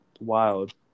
wild